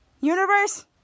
Universe